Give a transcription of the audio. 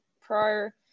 prior